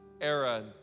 era